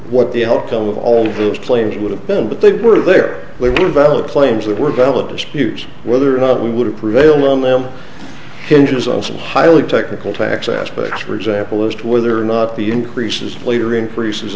what the outcome of all those claims would have been but they were there were valid claims that were valid dispute whether or not we would prevail on them hinges on some highly technical tax aspects for example as to whether or not the increases later increases